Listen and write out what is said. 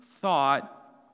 thought